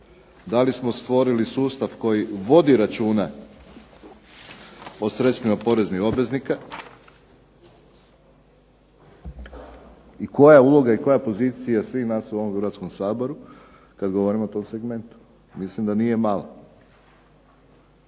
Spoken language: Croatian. da li smo stvorili sustav koji vodi računa o sredstvima poreznih obveznika i koja je uloga i koja pozicija svih nas u ovom Hrvatskom saboru kad govorimo o tom segmentu, mislim da nije mala.